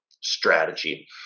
strategy